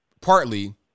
partly